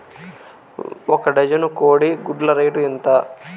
ఒక డజను కోడి గుడ్ల రేటు ఎంత?